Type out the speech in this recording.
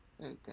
Okay